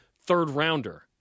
third-rounder